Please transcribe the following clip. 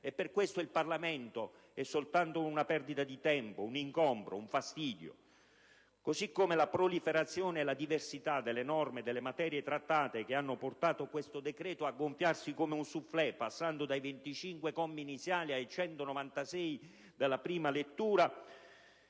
Per questo il Parlamento è soltanto una perdita di tempo, un ingombro e un fastidio. Per altro verso, la proliferazione e la diversità delle norme e delle materie trattate, che hanno portato questo decreto a gonfiarsi come un *soufflé*, passando dai 25 commi iniziali ai 196 della prima lettura,